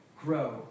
grow